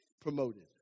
promoted